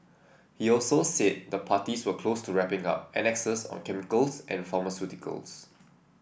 he also said the parties were close to wrapping up annexes on chemicals and pharmaceuticals